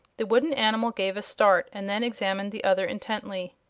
the wooden animal gave a start, and then examined the other intently.